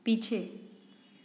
पीछे